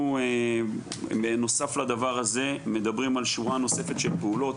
אנחנו בנוסף לדבר הזה מדברים על שורה נוספת של פעולות